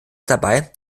dabei